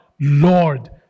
lord